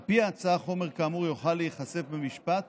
על פי ההצעה, חומר כאמור יוכל להיחשף במשפט